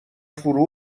فرو